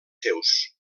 seus